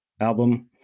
album